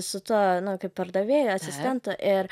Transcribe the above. su tuo kaip pardavėju asistentu ir